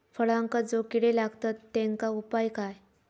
फळांका जो किडे लागतत तेनका उपाय काय?